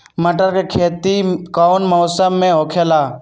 मटर के खेती कौन मौसम में होखेला?